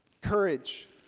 Courage